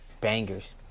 bangers